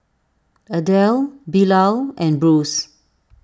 Adel Bilal and Bruce